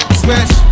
smash